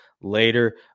later